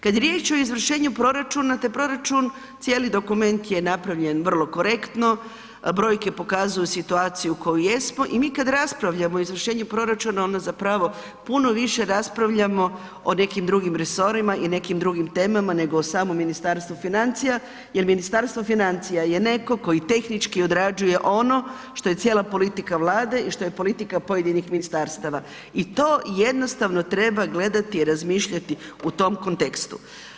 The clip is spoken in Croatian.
Kad je riječ o izvršenju proračuna, taj proračun, cijeli dokument je napravljen vrlo korektno, brojke pokazuju situaciju u kojoj jesmo i mi kad raspravljamo o izvršenju proračuna, onda zapravo puno više raspravljamo o nekim drugim resorima i nekim drugim temama nego samom Ministarstvu financija jer Ministarstvo financija je neko koji tehnički odrađuje ono što je cijela politika Vlade i što je politika pojedinih ministarstava i to jednostavno treba gledati i razmišljati u tom kontekstu.